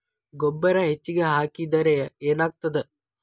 ಗೊಬ್ಬರ ಹೆಚ್ಚಿಗೆ ಹಾಕಿದರೆ ಏನಾಗ್ತದ?